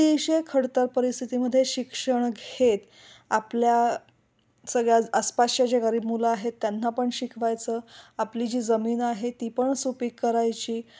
अतिशय खडतर परिस्थितीमधे शिक्षण घेत आपल्या सगळ्या आसपासच्या जे गरीब मुलं आहेत त्यांना पण शिकवायचं आपली जी जमीन आहे ती पण सुपीक करायची